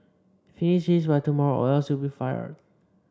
finish this by tomorrow or else you'll be fired